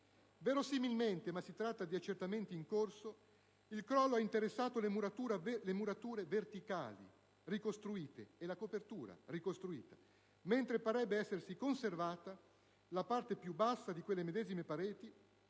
Verosimilmente - ma si tratta di accertamenti ancora in corso - il crollo ha interessato le murature verticali, ricostruite nel dopoguerra, e la copertura, mentre parrebbe essersi conservata la parte più bassa di quelle medesime parti,